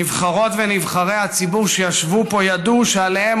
נבחרות ונבחרי הציבור שישבו פה ידעו שעליהם